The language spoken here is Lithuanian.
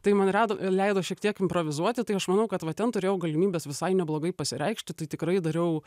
tai man redo leido šiek tiek improvizuoti tai aš manau kad va ten turėjau galimybes visai neblogai pasireikšti tai tikrai dariau